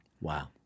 Wow